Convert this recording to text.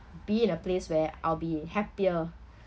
be in a place where I'll be happier